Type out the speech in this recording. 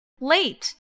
late